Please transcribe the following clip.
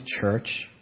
church